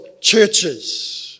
churches